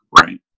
right